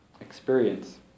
experience